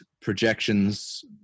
projections